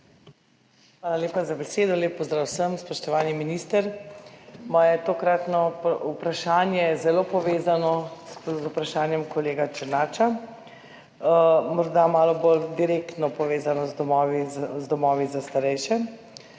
Hvala lepa za besedo. Lep pozdrav vsem! Spoštovani minister! Moje tokratno vprašanje je zelo povezano z vprašanjem kolega Černača, morda malo bolj direktno povezano z domovi za starejše